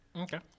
Okay